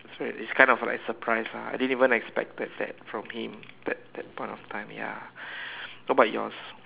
it's kind of like surprise lah I didn't even expected that from him at that point of time ya what about yours